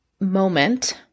moment